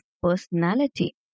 personality